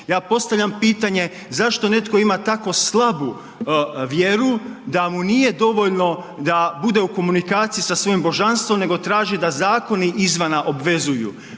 Ja postavljam pitanje zašto netko ima tako slabu vjeru da u nije dovoljno da bude u komunikaciji sa svojim božanstvom nego traži da zakoni izvana obvezuju.